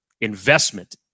investment